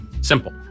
Simple